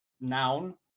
noun